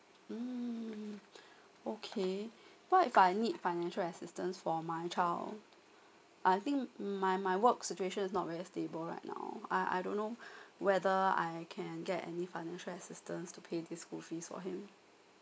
mm okay what if I need financial assistance for my child I think my my work situation is not very stable right now I I don't know whether I can get any financial assistance to pay the school fees for him